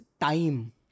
time